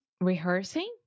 Rehearsing